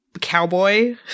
cowboy